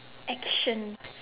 action